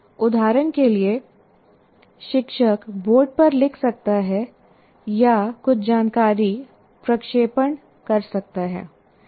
उदाहरण के लिए शिक्षक बोर्ड पर लिख सकता है या कुछ जानकारी प्रक्षेपण कर सकता है